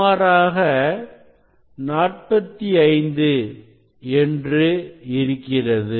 சுமாராக45 என்று இருக்கிறது